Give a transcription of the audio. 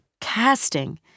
casting